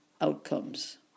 outcomes